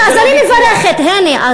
אז אני מברכת, הנה.